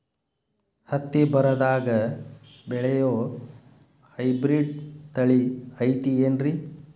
ಹತ್ತಿ ಬರದಾಗ ಬೆಳೆಯೋ ಹೈಬ್ರಿಡ್ ತಳಿ ಐತಿ ಏನ್ರಿ?